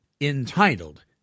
entitled